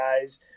guys